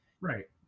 right